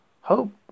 hope